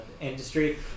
industry